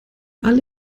alle